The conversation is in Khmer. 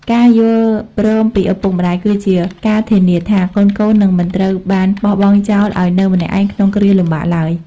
ការយល់ព្រមពីឪពុកម្ដាយគឺជាការធានាថា កូនៗនឹងមិនត្រូវបានបោះបង់ចោលឱ្យនៅម្នាក់ឯងក្នុងគ្រាលំបាកឡើយ។